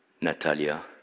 Natalia